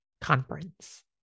conference